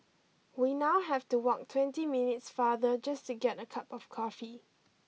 we now have to walk twenty minutes farther just to get a cup of coffee